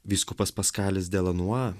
vyskupas paskalis de lanua